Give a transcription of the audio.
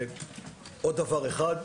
עוד דבר אחד: